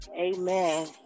Amen